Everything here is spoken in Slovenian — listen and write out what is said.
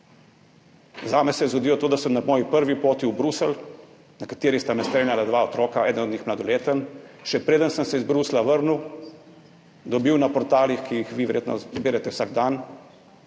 se mi je to, da sem na svoji prvi poti v Bruselj, na kateri sta me spremljala dva otroka, eden mladoleten, še preden sem se iz Bruslja vrnil, dobil na portalih, ki jih vi verjetno berete vsak dan,